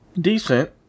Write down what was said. decent